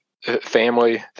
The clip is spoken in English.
family